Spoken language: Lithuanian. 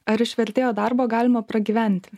ar iš vertėjo darbo galima pragyventi